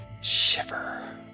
shiver